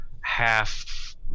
half